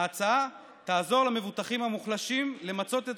ההצעה תעזור למבוטחים המוחלשים למצות את